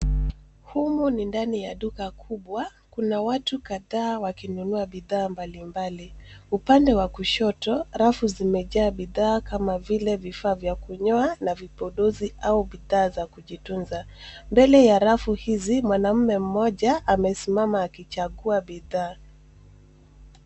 Humo ni ndani ya duka kubwa. Kuna watu kadhaa wakinunua bidhaa mbalimbali. Upande wa kushoto, rafu zimejaa bidhaa kama vile vifaa vya kunyoa na vipodozi au bidhaa za kujitunza. Mbele ya rafu hizi, mwanaume mmoja amesimama akichagua bidhaa.